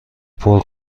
پرو